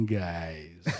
guys